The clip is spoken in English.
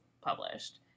published